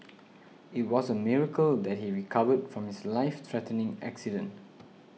it was a miracle that he recovered from his life threatening accident